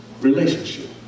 Relationship